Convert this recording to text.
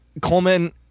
Coleman